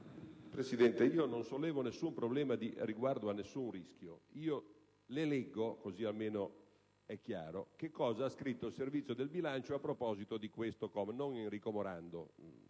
Presidente, io non sollevo nessun problema riguardo a nessun rischio. Le leggo, così almeno è chiaro, cosa ha scritto il Servizio del bilancio, e non Enrico Morando,